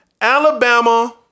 Alabama